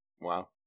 Wow